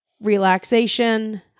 relaxation